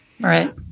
Right